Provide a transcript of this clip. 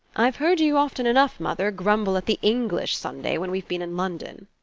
i've heard you often enough, mother, grumble at the english sunday when we've been in london.